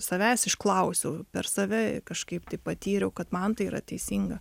savęs išklausiau per save kažkaip tai patyriau kad man tai yra teisinga